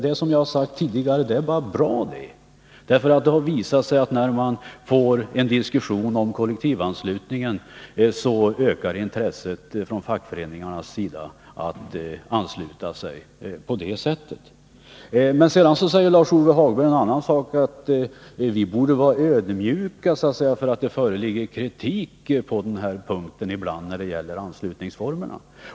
Det är, som jag har sagt tidigare, bara bra, därför att det har visat sig att när man får en diskussion om kollektivanslutning ökar intresset från fackföreningarnas sida att ansluta sig på det sättet. Sedan säger Lars-Ove Hagberg att vi borde vara ödmjuka, eftersom det ibland förekommer kritik på den punkten när det gäller anslutningsformerna.